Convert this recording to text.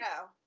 go